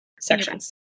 sections